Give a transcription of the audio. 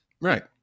Right